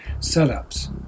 setups